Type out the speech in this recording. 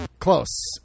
Close